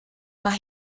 mae